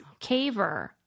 caver